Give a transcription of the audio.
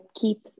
keep